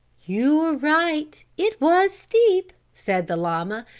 you are right it was steep, said the llama,